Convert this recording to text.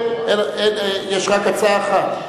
יש רק הצעה אחת.